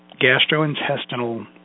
gastrointestinal